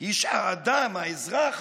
היא שהאדם, האזרח,